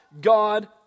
God